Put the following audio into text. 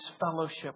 fellowship